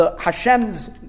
Hashem's